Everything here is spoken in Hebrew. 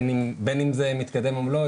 בין אם זה מתקדם ובין אם לא,